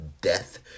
death